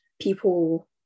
people